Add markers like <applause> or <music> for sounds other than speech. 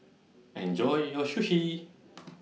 Enjoy your Sushi <noise>